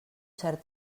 cert